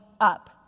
up